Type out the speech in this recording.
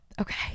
Okay